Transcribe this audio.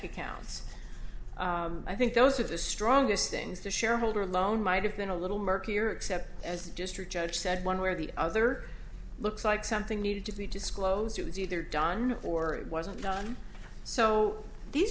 accounts i think those are the strongest things the shareholder loan might have been a little murkier except as a district judge said one way or the other looks like something needed to be disclosed it was either done or it wasn't done so these